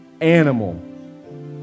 animal